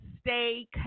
stay